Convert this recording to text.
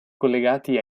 collegati